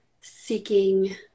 seeking